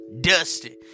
Dusty